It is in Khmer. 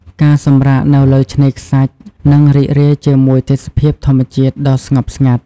ការសម្រាកនៅលើឆ្នេរខ្សាច់ និងរីករាយជាមួយទេសភាពធម្មជាតិដ៏ស្ងប់ស្ងាត់។